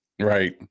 Right